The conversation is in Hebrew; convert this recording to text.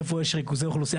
איפה יש ריכוזי אוכלוסייה.